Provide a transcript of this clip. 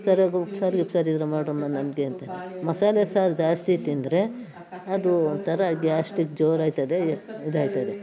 ಸರಿಯಾಗಿ ಉಪ್ಸಾರು ಗಿಪ್ಸಾರು ಇದ್ದರೆ ಮಾಡಿರಮ್ಮ ನನಗೆ ಅಂತೀನಿ ಮಸಾಲೆ ಸಾರು ಜಾಸ್ತಿ ತಿಂದರೆ ಅದು ಒಂಥರ ಗ್ಯಾಸ್ಟಿಕ್ ಜೋರಾಯ್ತದೆ ಇದಾಯ್ತದೆ